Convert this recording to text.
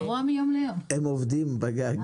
תיארתי את השיפורים שיהיו עבור הלקוח